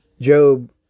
Job